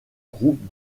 groupe